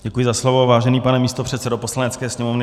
Děkuji za slovo, vážený pane místopředsedo Poslanecké sněmovny.